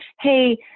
hey